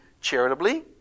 charitably